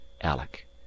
Alec